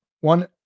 One